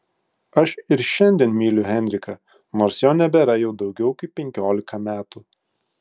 aš ir šiandien myliu henriką nors jo nebėra jau daugiau kaip penkiolika metų